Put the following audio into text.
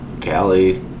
Cali